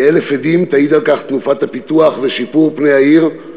כאלף עדים יעידו על כך תנופת הפיתוח ושיפור פני העיר,